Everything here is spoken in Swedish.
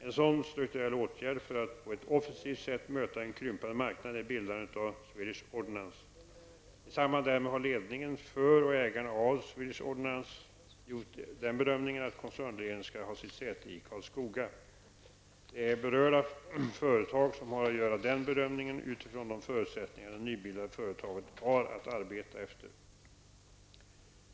En sådan strukturell åtgärd för att på ett offensivt sätt möta en krympande marknad är bildandet av Swedish Ordnance. I samband därmed har ledningen för och ägarna av Swedish Ordnance gjort den bedömningen att koncernledningen skall ha sitt säte i Karlskoga. Det är berörda företag som har att göra den bedömningen utifrån de förutsättningar det nybildade företaget har att arbeta efter.